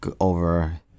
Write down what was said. over